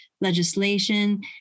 legislation